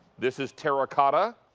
this is terra-cotta.